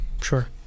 Sure